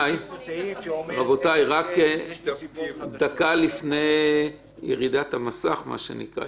רבותיי, רק דקה לפני ירידת המסך, מה שנקרא.